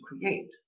create